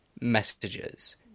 messages